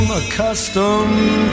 accustomed